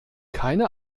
keine